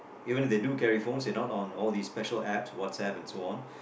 even if you do carry phones they are not on these special apps WhatsApp and so on